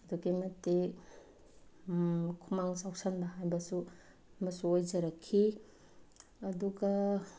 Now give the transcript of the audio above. ꯑꯗꯨꯛꯀꯤ ꯃꯇꯤꯛ ꯈꯨꯃꯥꯡ ꯆꯥꯎꯁꯤꯟꯍꯟꯕꯁꯨ ꯑꯃꯁꯨ ꯑꯣꯏꯖꯔꯛꯈꯤ ꯑꯗꯨꯒ